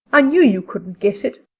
i knew you couldn't guess it.